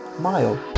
mile